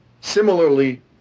similarly